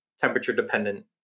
temperature-dependent